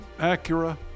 Acura